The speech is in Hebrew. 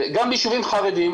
גם ביישובים חרדיים,